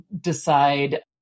decide